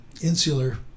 insular